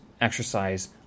exercise